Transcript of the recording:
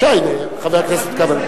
בבקשה, חבר הכנסת כבל.